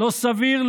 לא סביר,